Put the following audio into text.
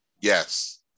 Yes